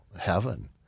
heaven